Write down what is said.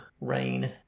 rain